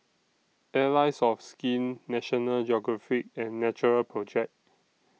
Allies of Skin National Geographic and Natural Project